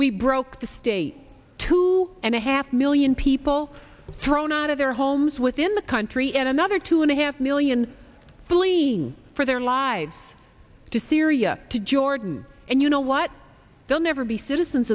we broke the state two and a half million people thrown out of their homes within the country and another two and a half million fleeing for their lives to syria to jordan and you know what they'll never be citizens